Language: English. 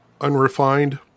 Unrefined